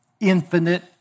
infinite